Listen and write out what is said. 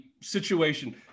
situation